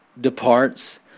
departs